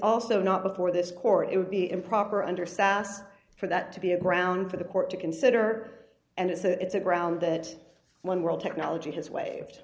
also not before this court it would be improper under sassed for that to be a ground for the court to consider and it's a it's a ground that one world technology has waived